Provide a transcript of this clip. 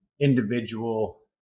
individual